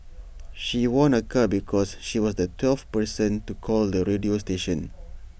she won A car because she was the twelfth person to call the radio station